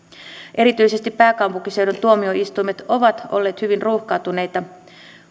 erityisesti pääkaupunkiseudun tuomioistuimet ovat olleet hyvin ruuhkautuneita